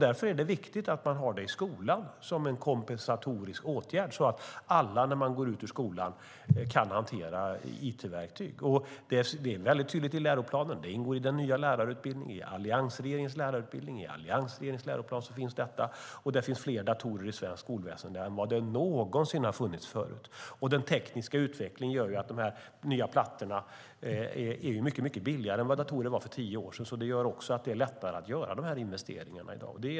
Därför är det viktigt att de har det i skolan, som en kompensatorisk åtgärd så att alla kan hantera it-verktyg när de går ut skolan. Detta är tydligt i alliansregeringens läroplan, och det ingår i alliansregeringens nya lärarutbildning. Det finns fler datorer i svenskt skolväsen än någonsin förut. Den tekniska utvecklingen gör att de nya plattorna är mycket billigare än datorerna var för tio år sedan. Det gör det också lättare att göra dessa investeringar i dag.